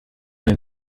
dein